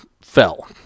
fell